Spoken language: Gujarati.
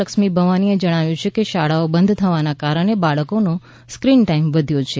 લક્ષ્મી ભવાનીએ જણાવ્યું છે કે શાળાઓ બંધ થવાને કારણે બાળકોમાં સ્ક્રીન ટાઇમ વધ્યો છે